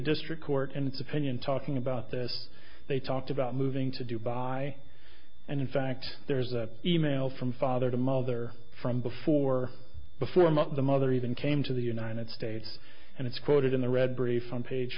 district court into opinion talking about this they talked about moving to dubai and in fact there's a e mail from father to mother from before before mother the mother even came to the united states and it's quoted in the red brief on page